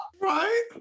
Right